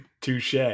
Touche